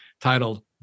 titled